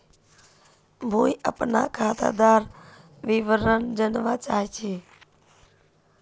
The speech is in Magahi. मुई अपना खातादार विवरण जानवा चाहची?